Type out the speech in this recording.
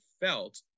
felt